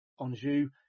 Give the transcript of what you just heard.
Anjou